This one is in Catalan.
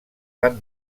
van